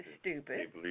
stupid